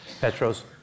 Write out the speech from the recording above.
Petros